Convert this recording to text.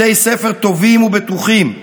בתי ספר טובים ובטוחים,